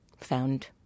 found